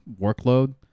workload